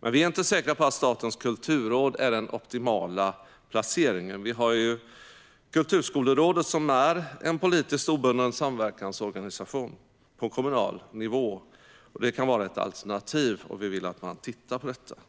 Men vi är inte säkra på att Statens kulturråd är den optimala placeringen. Kulturskolerådet är en politiskt obunden samverkansorganisation på kommunal nivå. Det kan vara ett alternativ, och vi kristdemokrater vill att man tittar på den frågan.